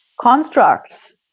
constructs